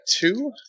two